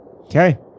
Okay